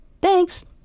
Thanks